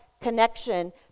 connection